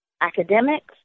academics